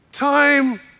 Time